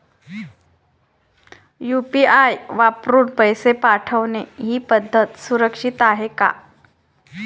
UPI वापरून पैसे पाठवणे ही पद्धत सुरक्षित आहे का?